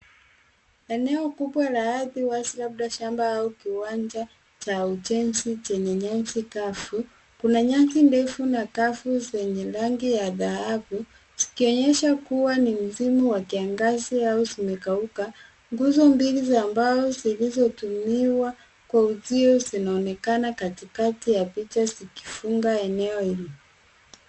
Eneo kubwa la ardhi wazi, labda shamba au kiwanja cha ujenzi chenye nyasi kavu. Kuna nyasi ndefu na kavu zenye rangi ya dhahabu, zikionyesha kua ni msimu wa kiangazi au zimekauka. Nguzo mbili za mbao zilizotumiwa kwa uzio, zinaonekana kati kati ya picha zikifunga eneo hilo.